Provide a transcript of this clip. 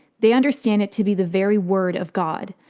they understand it to be the very word of god,